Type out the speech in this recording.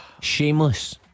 Shameless